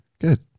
Good